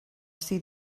sydd